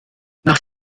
nach